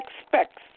expects